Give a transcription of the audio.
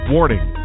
Warning